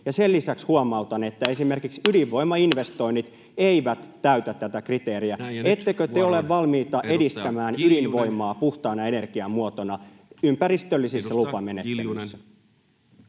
että esimerkiksi ydinvoimainvestoinnit eivät täytä tätä kriteeriä. Ettekö te ole valmiita edistämään ydinvoimaa puhtaana energiamuotona ympäristöllisissä lupamenettelyissä?